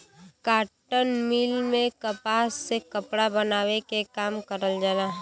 cotton mill में कपास से कपड़ा बनावे के काम करल जाला